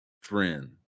friend